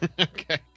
okay